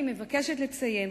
אני מבקשת לציין,